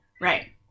right